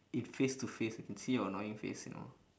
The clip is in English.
if face to face I can see your annoying face you know